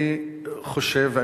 אני חושב,